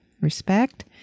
Respect